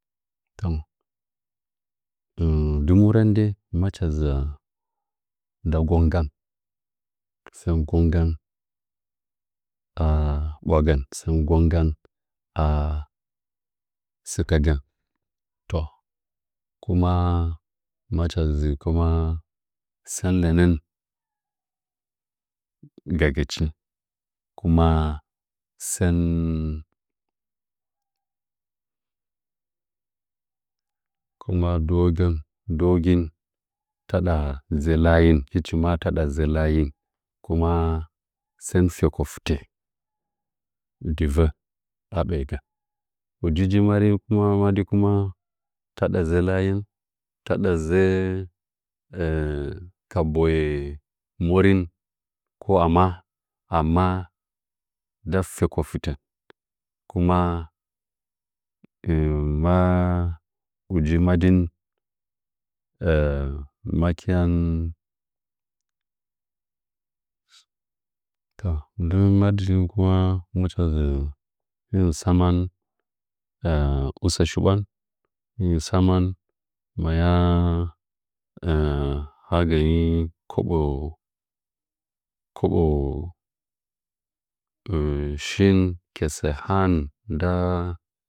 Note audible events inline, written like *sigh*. *hesitation* di morən dəima cha nza nda gonggan sən gonggan *hesitation* ɓwagən sən gonggan a sɨkəgən kuma ma nzi kuma sən henən gəgɨ chi kuma sən kuma *hesitation* ndɨwagen wogin taɗa nəən layen taɗa nzə lanyen kuma sən feko fitə dɨvə abiigən uyiuji madi kuma taɗa nze layen taɗa nze ka boye morin ko ama amma nda feko fɨtə kuma *hesitation* maa uji madin *hesitation* maken toh nze madkin kuma macha gə tsaman *hesitation* usə shibwan he tsaman maya *hesitation* ha gamgi koɓo *hesitation* koɓo *hesitation* shin ketse han nda